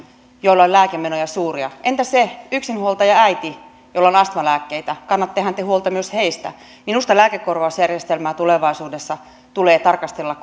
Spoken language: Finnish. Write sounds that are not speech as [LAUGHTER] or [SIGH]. joilla on suuria lääkemenoja entäs se yksinhuoltajaäiti jolla on astmalääkkeitä kannattehan te huolta myös heistä minusta lääkekorvausjärjestelmää tulevaisuudessa tulee tarkastella [UNINTELLIGIBLE]